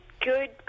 good